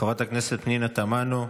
חברת הכנסת פנינה תמנו,